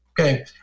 okay